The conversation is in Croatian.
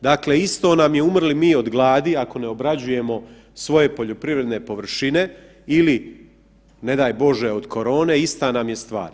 Dakle, isto nam je umrli mi od gladi ako ne obrađujemo svoje poljoprivredne površine ili ne daj Bože od korone ista nam je stvar.